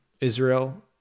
Israel